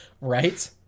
Right